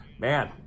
Man